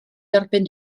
erbyn